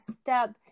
step